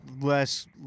Less